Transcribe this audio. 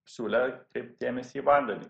siūlė kreipt dėmesį į vandenį